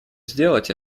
сделать